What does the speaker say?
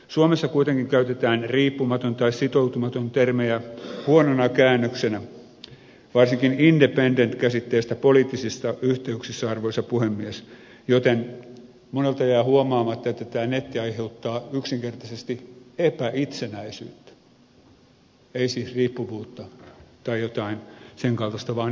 suomessa kuitenkin käytetään riippumaton tai sitoutumaton termejä huonoina käännöksinä varsinkin independent käsitteestä poliittisissa yhteyksissä arvoisa puhemies joten monelta jää huomaamatta että tämä netti aiheuttaa yksinkertaisesti epäitsenäisyyttä ei siis riippuvuutta tai jotain sen kaltaista vaan epäitsenäisyyttä